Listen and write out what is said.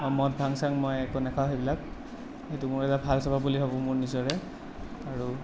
মদ ভাং চাং মই একো নাখাওঁ সেইবিলাক সেইটো মোৰ এটা ভাল স্বভাৱ বুলি ভাবোঁ মোৰ নিজৰে আৰু